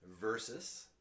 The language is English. versus